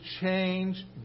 change